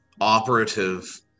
operative